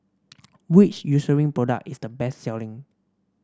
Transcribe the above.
which Eucerin product is the best selling